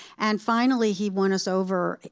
and finally, he won us over.